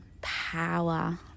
power